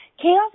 Chaos